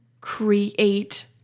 create